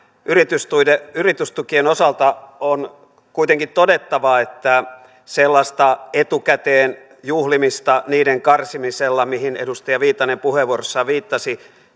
yritystukien osalta on kuitenkin todettava että sellaista etukäteen juhlimista niiden karsimisella mihin edustaja viitanen puheenvuorossaan viittasi